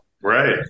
right